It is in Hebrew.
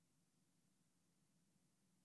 היום הגענו למקום שני.